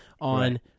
on